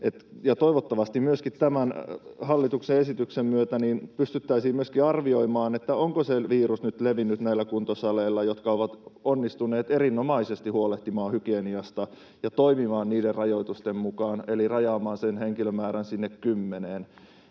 Toivottavasti myöskin tämän hallituksen esityksen myötä pystyttäisiin arvioimaan, onko se virus nyt levinnyt näillä kuntosaleilla, jotka ovat onnistuneet erinomaisesti huolehtimaan hygieniasta ja toimimaan niiden rajoitusten mukaan eli rajaamaan sen henkilömäärän sinne kymmeneen.